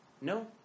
no